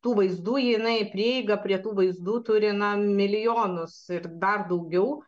tų vaizdų jinai prieigą prie tų vaizdų turi na milijonus ir dar daugiau